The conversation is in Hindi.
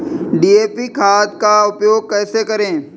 डी.ए.पी खाद का उपयोग कैसे करें?